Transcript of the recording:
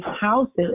houses